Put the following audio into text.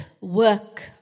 work